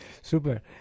Super